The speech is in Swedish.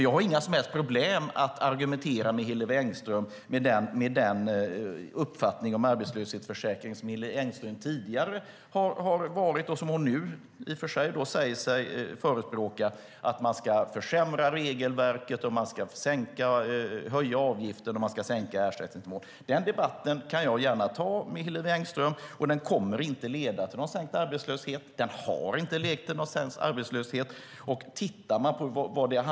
Jag har inga som helst problem med att argumentera med Hillevi Engström om den uppfattning om arbetslöshetsförsäkring som hon tidigare har haft och som hon i och för sig säger sig stå för även nu: att man ska försämra regelverket, höja avgiften och sänka ersättningsnivån. Den debatten kan jag gärna ta med Hillevi Engström, och den linjen kommer inte att leda till någon sänkt arbetslöshet. Den har inte lett till sänkt arbetslöshet.